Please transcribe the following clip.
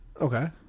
Okay